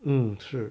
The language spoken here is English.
嗯是